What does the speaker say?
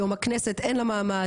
היום הכנסת אין לה מעמד,